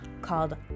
called